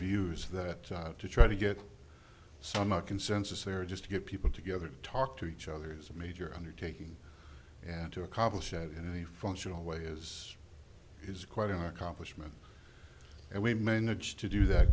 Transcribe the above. views that to try to get some a consensus or just to get people together to talk to each other is a major undertaking and to accomplish it in any functional way is is quite an accomplishment and we may needs to do that